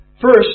First